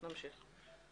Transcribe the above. נמשיך.